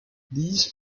these